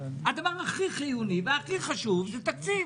הדבר הכי חיוני והכי חשוב זה תקציב.